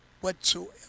whatsoever